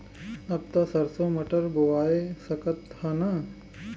अब त सरसो मटर बोआय सकत ह न?